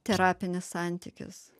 terapinis santykis